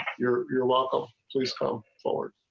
your your local police go forward.